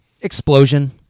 explosion